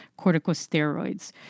corticosteroids